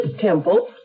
Temple